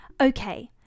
Okay